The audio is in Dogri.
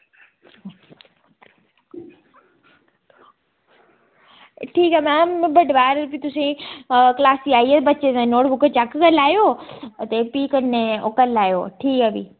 ठीक ऐ मैम में बड्डे पैहर तुसेंगी क्लॉसै ई आइयै बच्चें दी नोटबुक चैक करी लैयो ते भी कन्नै ओह् करी लैयो ठीक ऐ भी